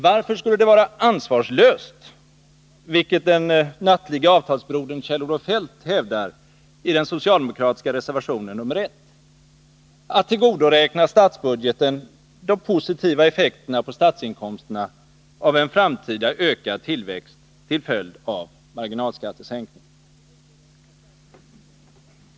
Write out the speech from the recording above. Varför skulle det vara ansvarslöst, vilket den nattliga avtalsbrodern Kjell-Olof Feldt hävdar i den socialdemokratiska reservationen nr 1, att tillgodoräkna statsbudgeten de positiva effekterna på statsinkomsterna av en framtida ökad tillväxt till följd av marginalskattereformen?